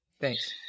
thanks